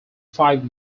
five